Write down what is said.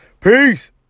Peace